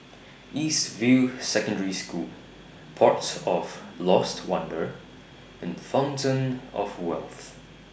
East View Secondary School Port of Lost Wonder and Fountain of Wealth